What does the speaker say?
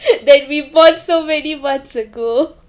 that we bought so many months ago